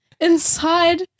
inside